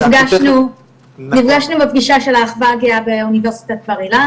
נפגשנו בפגישה של האחווה הגאה באוניברסיטת "בר אילן".